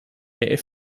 der